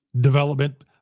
development